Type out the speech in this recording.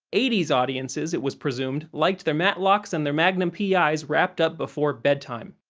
eighty s audiences, it was presumed, liked their matlocks and their magnum p i s wrapped up before bedtime.